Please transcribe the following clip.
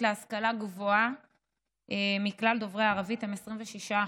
להשכלה גבוהה מכלל דוברי ערבית הוא 26%,